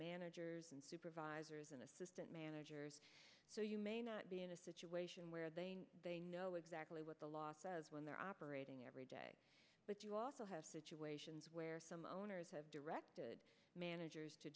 managers and supervisors and assistant managers situation where they they know exactly what the law says when they're operating every day but you also have situations where some owners have directed managers to